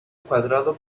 cuadrado